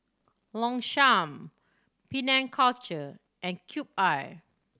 Longchamp Penang Culture and Cube I